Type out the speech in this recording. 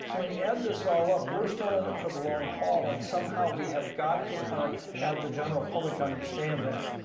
so when you add this all up, we're still in it for the long haul. and, somehow, we have got to ah have the general public understand that.